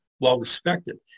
well-respected